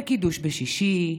וקידוש בשישי,